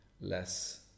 less